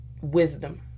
wisdom